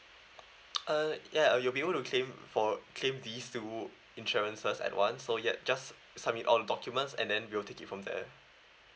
uh ya you'll able to claim for claim these two insurances at once so ya just submit all documents and then we'll take it from there